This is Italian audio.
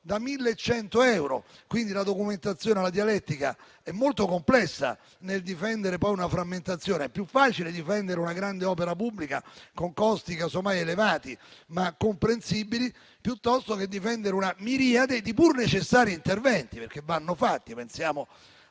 da 1.100 euro). La documentazione e la dialettica sono quindi molto complesse nel difendere la frammentazione. È più facile difendere una grande opera pubblica, con costi magari elevati, ma comprensibili, piuttosto che una miriade di pur necessari interventi, perché vanno fatti. Pensiamo